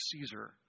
Caesar